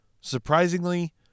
surprisingly